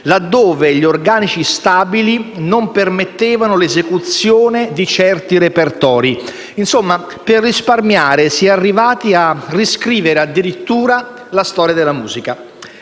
laddove gli organici stabili non permettevano l'esecuzione di certi repertori. Insomma, per risparmiare si è arrivati a riscrivere addirittura la storia della musica.